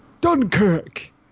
Dunkirk